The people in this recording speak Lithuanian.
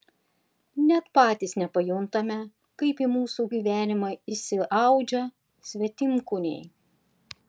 net patys nepajuntame kaip į mūsų gyvenimą įsiaudžia svetimkūniai